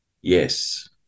Yes